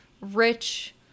rich